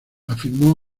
afirmó